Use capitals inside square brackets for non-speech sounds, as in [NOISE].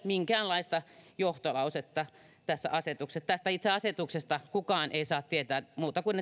minkäänlaista johtolausetta tästä itse asetuksesta kukaan ei saa tietää muuta kuin [UNINTELLIGIBLE]